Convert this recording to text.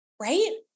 right